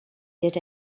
did